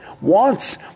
wants